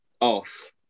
off